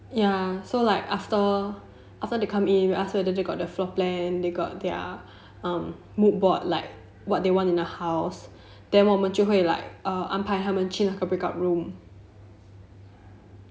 ya so like after after they come in we ask whether they got the floor plan then they got their mood board like what they want in their house then 我们就会 like err 安排他们去那个 breakout room